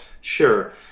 Sure